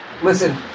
Listen